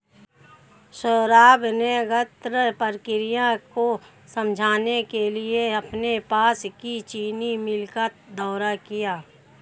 सौरभ ने गन्ना प्रक्रिया को समझने के लिए अपने पास की चीनी मिल का दौरा किया